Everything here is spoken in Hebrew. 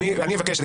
אני אבקש.